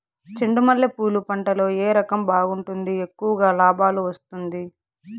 చెండు మల్లె పూలు పంట లో ఏ రకం బాగుంటుంది, ఎక్కువగా లాభాలు వస్తుంది?